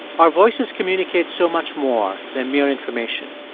our voices communicate so much more than mere information.